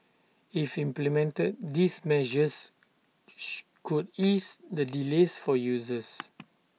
if implemented these measures could ease the delays for users